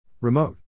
Remote